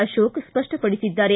ಅತೋಕ ಸ್ವಷ್ಷಪಡಿಸಿದ್ದಾರೆ